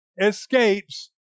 escapes